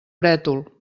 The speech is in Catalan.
brètol